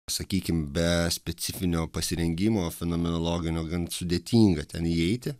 sakykim be specifinio pasirengimo fenomenologinio gan sudėtinga ten įeiti